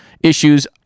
issues